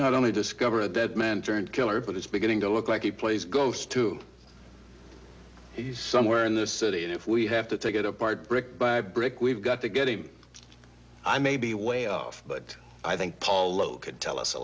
not only discover a dead man turned killer but it's beginning to look like he plays ghost too he's somewhere in the city and if we have to take it apart brick by brick we've got to get him i may be way off but i think paulo could tell us a